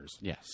Yes